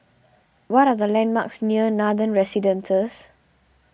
what are the landmarks near Nathan Residences